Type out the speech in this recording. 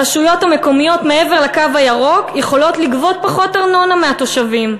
הרשויות המקומיות מעבר לקו הירוק יכולות לגבות פחות ארנונה מהתושבים,